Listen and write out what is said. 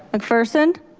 mcpherson?